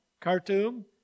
Khartoum